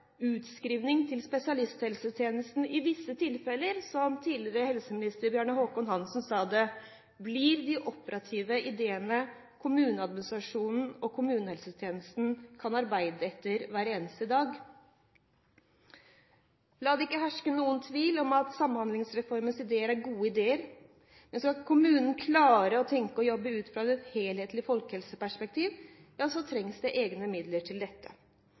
utskriving til spesialisthelsetjenesten i visse tilfeller, som tidligere helseminister Bjarne Håkon Hanssen sa det, blir de operative ideene kommuneadministrasjonen og kommunehelsetjenesten kan arbeide etter hver eneste dag. La det ikke herske noen tvil om at Samhandlingsreformens ideer er gode ideer, men skal kommunene klare å tenke og å jobbe ut fra et helhetlig folkehelseperspektiv, trengs det egne midler til dette.